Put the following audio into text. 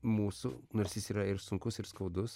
mūsų nors jis yra ir sunkus ir skaudus